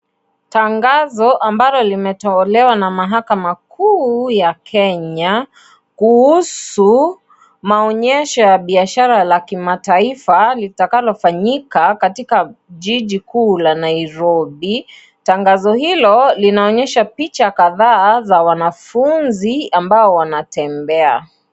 Tangazo ambalo limetolewa na mahakama kuu ya Kenya, kuhusu maonyesho ya biashara la kimataifa litakalofanyika katika jiji kuu la Nairobi. Tangazo hilo, linaonyesha picha kadhaa za wanafunzi ambao wanatembea.